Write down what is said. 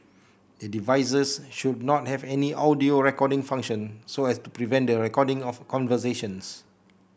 the devices should not have any audio recording function so as to prevent the recording of conversations